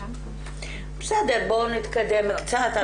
בסדר, בואו נתקדם קצת.